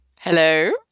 Hello